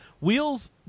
Wheels